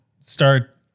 start